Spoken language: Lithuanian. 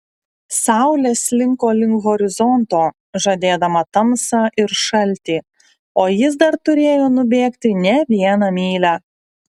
saulė slinko link horizonto žadėdama tamsą ir šaltį o jis dar turėjo nubėgti ne vieną mylią